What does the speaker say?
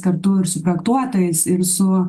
kartu ir su projektuotais ir su